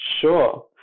Sure